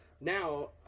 Now